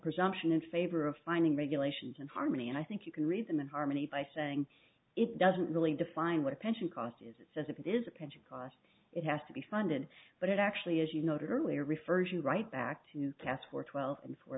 presumption in favor of finding regulations and harmony and i think you can read them in harmony by saying it doesn't really define what a pension cost is it's as if it is a pension costs it has to be funded but it actually as you noted earlier refers you right back to cas for twelve